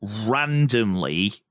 randomly